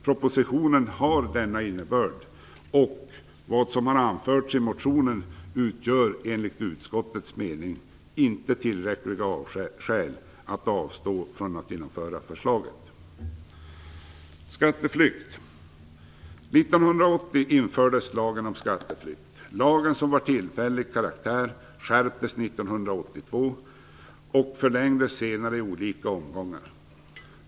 Propositionen har denna innebörd, och vad som har anförts i motionen utgör enligt utskottets mening inte tillräckliga skäl för att avstå från att genomföra förslaget. År 1980 infördes lagen om skatteflykt. Lagen, som var av tillfällig karaktär, skärptes 1982 och förlängdes senare i olika omgångar.